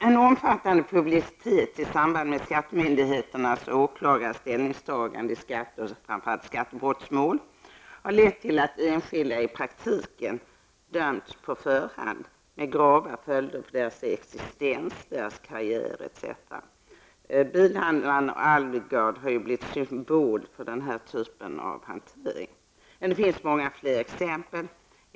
En omfattande publicitet i samband med skattemyndigheternas och åklagares ställningstagande i skatte och skattebrottsmål har lett till att enskilda i praktiken dömts på förhand med grava följder för deras existens, karriär etc. Bilhandlaren Alvgaard har blivit en symbol för den här typen av hantering. Men det finns många fler exempel.